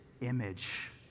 image